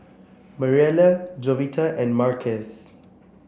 Mariela Jovita and Marcus